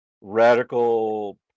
radical